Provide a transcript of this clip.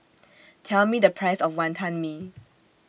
Tell Me The Price of Wantan Mee